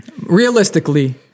realistically